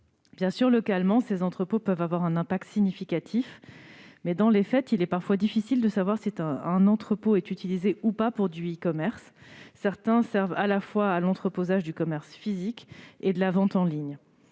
Bien sûr, ces entrepôts peuvent avoir localement un impact significatif mais, dans les faits, il est parfois difficile de savoir si un entrepôt est utilisé ou pas par les plateformes de commerce en ligne. Certains servent à la fois à l'entreposage du commerce physique et à la vente en ligne.